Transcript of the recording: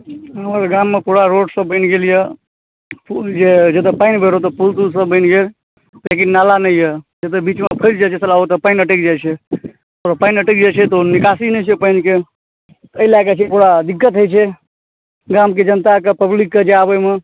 हमर गाममे पूरा रोड सब बनि गेल यऽ पुल जे जतौ पानि भेल ओतय पुल तुल सबटा बनि गेल लेकिन नाला नहि यऽ नहि तऽ बीचमे फसि जाइ छै ओतय पानि अटैक जाइ छै पानि अटैक जाइ छै तऽ ओ निकासी नहि छै पानि के एहि लए कऽ पूरा दिक्कत होइ छै गाम के जनता के पब्लिक के जाय आबयमे